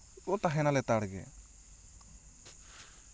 ᱛᱟᱦᱮᱱᱟ ᱞᱮᱛᱟᱲ ᱜᱮ